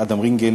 אדם רינגל,